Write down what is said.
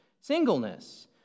singleness